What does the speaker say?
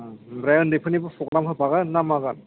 आमफ्राय ओन्दैफोरनिबो फ्रग्राम होफागोन ना मागोन